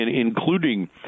including